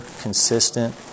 consistent